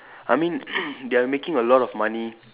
I mean they are making a lot of money